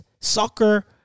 soccer